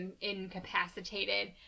incapacitated